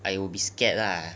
err I will be scared lah